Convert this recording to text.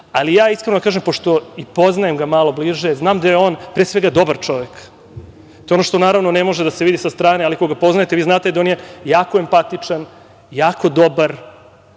ali ja, iskreno da vam kažem, pošto ga i poznajem malo bliže, znam da je on, pre svega dobar čovek, to je ono što ne može da se vidi sa strane, ali ako ga poznajete vi znate da je on jako empatičan, jako dobar,